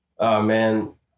man